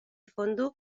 fondo